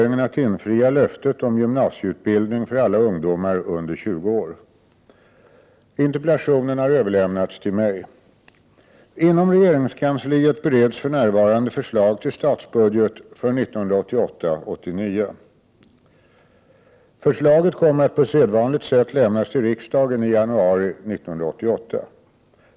Interpellationen har överlämnats till mig. Inom regeringskansliet bereds för närvarande förslag till statsbudget för 1988/89. Förslaget kommer att på sedvanligt sätt lämnas till riksdagen i januari 1988.